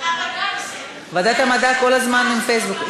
ועדת המדע כל הזמן עם פייסבוק.